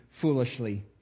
foolishly